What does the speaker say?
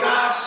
God